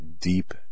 deep